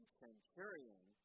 centurion